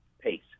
pace